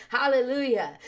Hallelujah